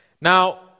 Now